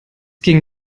ging